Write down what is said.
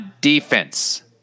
Defense